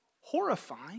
horrifying